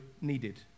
needed